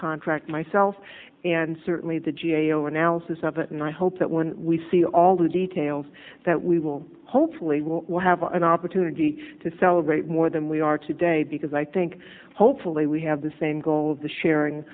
contract myself and certainly the g a o analysis of it and i hope that when we see all the details that we will hopefully we will have an opportunity to celebrate more than we are today because i think hopefully we have the same goal of the sharing